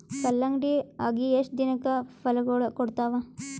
ಕಲ್ಲಂಗಡಿ ಅಗಿ ಎಷ್ಟ ದಿನಕ ಫಲಾಗೋಳ ಕೊಡತಾವ?